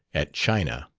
at china.